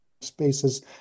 spaces